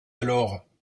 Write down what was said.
alors